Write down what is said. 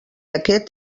aquest